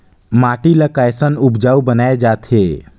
माटी ला कैसन उपजाऊ बनाय जाथे?